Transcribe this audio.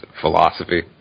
philosophy